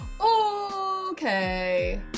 Okay